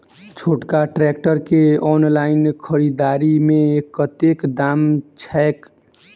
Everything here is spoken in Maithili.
छोटका ट्रैक्टर केँ ऑनलाइन खरीददारी मे कतेक दाम छैक?